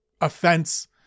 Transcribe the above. offense